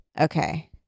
Okay